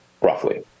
roughly